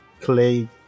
clay